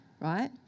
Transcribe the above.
right